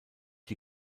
die